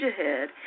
ahead